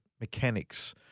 mechanics